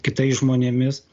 kitais žmonėmis